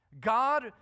God